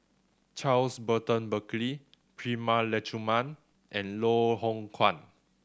Charles Burton Buckley Prema Letchumanan and Loh Hoong Kwan